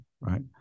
Right